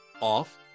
Off